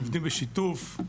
עובדים בשיתוף,